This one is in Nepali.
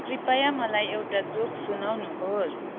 कृपया मलाई एउटा जोक सुनाउनुहोस्